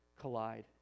collide